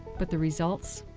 but the results,